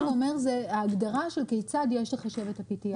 מה שהוא אומר ההגדרה של כיצד יש לחשב את ה-PTI.